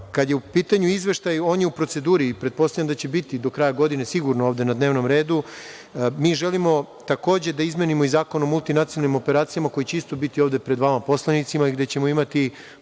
je u pitanju izveštaj, on je u proceduri. Pretpostavljam da će biti do kraja godine sigurno ovde na dnevnom redu. Mi želimo takođe da izmenimo i Zakon o multinacionalnim operacijama, koji će isto ovde biti pred vama poslanicima i gde ćemo imati